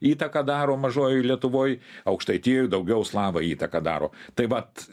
įtaką daro mažojoj lietuvoj aukštaitijoj daugiau slavai įtaką daro tai vat